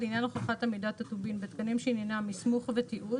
לעניין הוכחת עמידת הטובין בתקנים שעניינם מסמוך ותיעוד